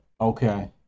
Okay